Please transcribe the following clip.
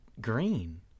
green